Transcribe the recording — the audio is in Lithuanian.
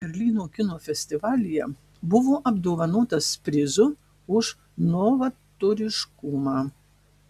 berlyno kino festivalyje buvo apdovanotas prizu už novatoriškumą